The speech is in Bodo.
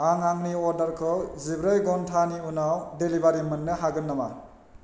आं आंनि अर्डारखौ जिब्रै घन्टानि उनाव डेलिबारि मोन्नो हागोन नामा